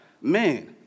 man